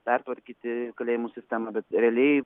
pertvarkyti kalėjimų sistemą bet realiai